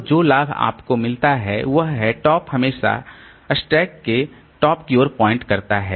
तो जो लाभ आपको मिलता है वह है टॉप हमेशा स्टैक के टॉप की ओर पॉइंट करता है